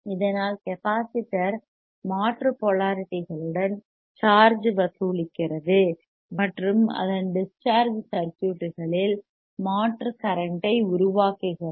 இதனால் கெப்பாசிட்டர் மாற்று போலாரிட்டிகளுடன் சார்ஜ் வசூலிக்கிறது மற்றும் அதன் டிஸ் சார்ஜ் சர்க்யூட்களில் மாற்று கரண்ட ஐ உருவாக்குகிறது